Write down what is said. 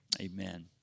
amen